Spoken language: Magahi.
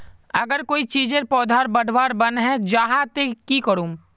अगर कोई चीजेर पौधा बढ़वार बन है जहा ते की करूम?